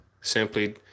simply